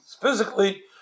physically